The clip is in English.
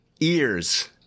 ears